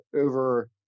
over